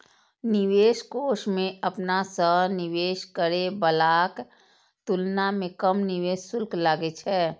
निवेश कोष मे अपना सं निवेश करै बलाक तुलना मे कम निवेश शुल्क लागै छै